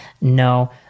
No